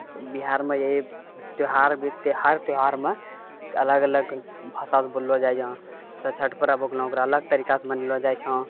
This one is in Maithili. बिहारमे यही त्यौहार भी हर त्यौहारमे अलग अलग भाषासँ बोललो जाइयँ जैसे छठि पर्व हो गेलो ओकरा लेल अलग तरिकासँ मनैलो जाइ छौँ